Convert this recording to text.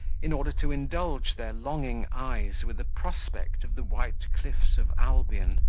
in order to indulge their longing eyes with a prospect of the white cliffs of albion,